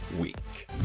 week